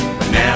Now